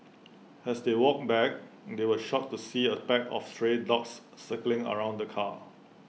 as they walked back they were shocked to see A pack of stray dogs circling around the car